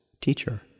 teacher